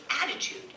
attitude